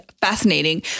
fascinating